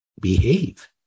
behave